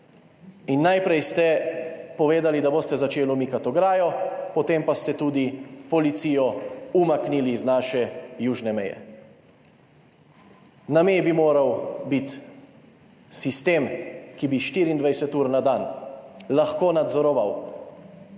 In najprej ste povedali, da boste začeli umikati ograjo, potem pa ste tudi policijo umaknili iz naše južne meje. Na meji bi moral biti sistem, ki bi 24 ur na dan lahko nadzoroval